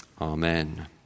amen